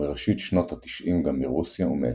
ומראשית שנות ה-90 גם מרוסיה ומאתיופיה.